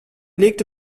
legte